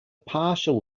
partial